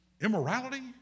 Immorality